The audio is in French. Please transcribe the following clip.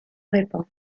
répand